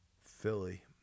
Philly